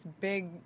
big